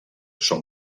són